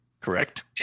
Correct